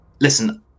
Listen